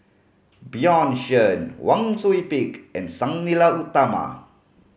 Bjorn Shen Wang Sui Pick and Sang Nila Utama